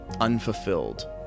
unfulfilled